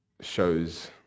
shows